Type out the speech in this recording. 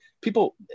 people